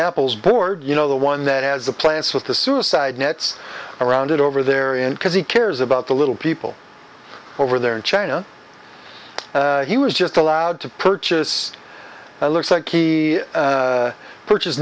apple's board you know the one that has the plants with the suicide nets around it over there in because he cares about the little people over there in china he was just allowed to purchase a looks like he purchase